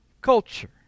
culture